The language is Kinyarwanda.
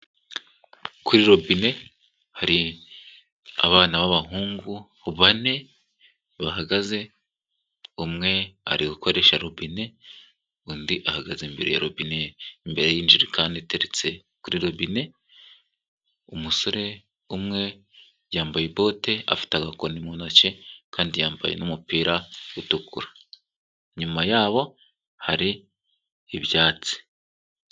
Kuri robine hari abana b'abahungu bane bahagaze, umwe ari gukoresha robine, undi ahagaze imbere ya robine imbere y'injerekani iteretse kuri robine, umusore umwe yambaye ibote afite agakoni mu ntoki kandi yambaye n'umupira utukura. Inyuma yabo hari ibyatsi.